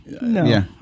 No